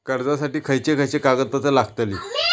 कर्जासाठी खयचे खयचे कागदपत्रा लागतली?